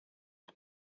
and